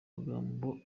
amagambo